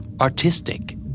Artistic